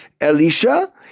Elisha